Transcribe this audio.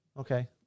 okay